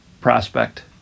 prospect